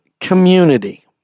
community